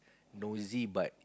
nosy but